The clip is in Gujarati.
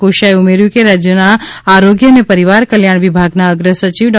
કોશીયાએ ઉમેર્યું કે રાજ્યના આરોગ્ય અને પરિવાર કલ્યાણ વિભાગના અગ્રસચિવ ડૉ